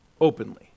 openly